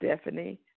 Stephanie